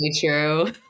true